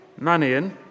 Manian